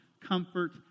comfort